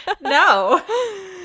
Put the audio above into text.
No